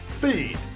feed